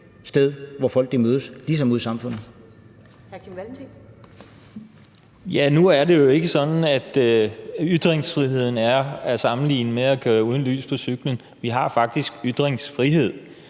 Valentin. Kl. 11:14 Kim Valentin (V): Nu er det jo ikke sådan, at ytringsfriheden er at sammenligne med at køre uden lys på cyklen. Vi har faktisk ytringsfrihed,